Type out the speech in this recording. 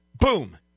boom